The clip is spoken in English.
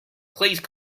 please